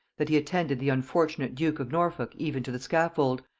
that he attended the unfortunate duke of norfolk even to the scaffold,